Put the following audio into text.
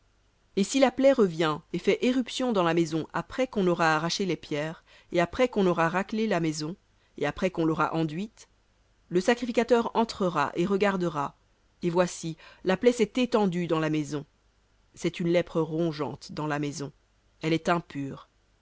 et si la plaie revient et fait éruption dans la maison après qu'on aura arraché les pierres et après qu'on aura râclé la maison et après qu'on l'aura enduite le sacrificateur entrera et regardera et voici la plaie s'est étendue dans la maison c'est une lèpre rongeante dans la maison elle est impure